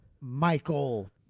Michael